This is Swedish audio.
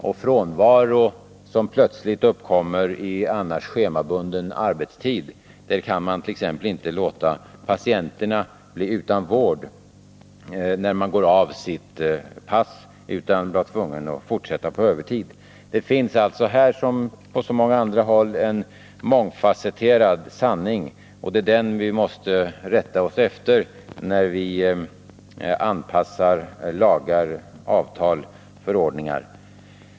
Vid frånvaro som uppkommer i schemabunden arbetstid inom exempelvis sjukvården kan man inte låta patienterna bli utan vård när man går av sitt pass, utan man blir tvungen att fortsätta på övertid. Det finns alltså här liksom på så många andra håll en mångfasetterad sanning, och det är den vi måste rätta oss efter när det gäller lagar, avtal och förordningar.